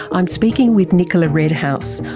i'm speaking with nicola redhouse,